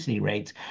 rates